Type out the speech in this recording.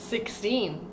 Sixteen